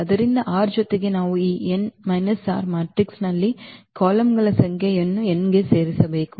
ಆದ್ದರಿಂದ r ಜೊತೆಗೆ ಈ n r ಮ್ಯಾಟ್ರಿಕ್ಸ್ನಲ್ಲಿನ ಕಾಲಮ್ಗಳ ಸಂಖ್ಯೆಯನ್ನು n ಗೆ ಸೇರಿಸಬೇಕು